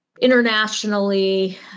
internationally